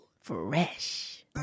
fresh